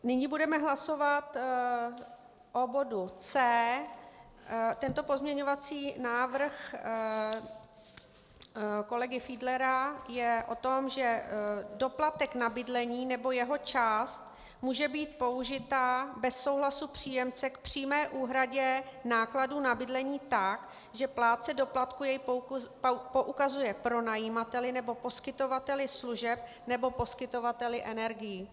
Nyní budeme hlasovat o bodu C. Tento pozměňovací návrh kolegy Fiedlera je o tom, že doplatek na bydlení nebo jeho část může být použita bez souhlasu příjemce k přímé úhradě nákladů na bydlení tak, že plátce doplatku jej poukazuje pronajímateli nebo poskytovateli služeb nebo poskytovateli energií.